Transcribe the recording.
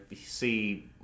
see